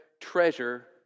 treasure